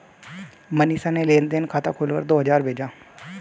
मनीषा ने लेन देन खाता खोलकर दो हजार भेजा